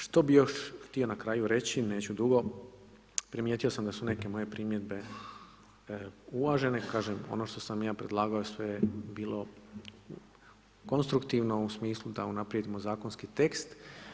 Što bih još htio na kraju reći, neću dugo, primijetio sam da su neke moje primjedbe uvažene, kažem, ono što sam ja predlagao sve je bilo konstruktivno u smislu da unaprijedimo zakonski tekst.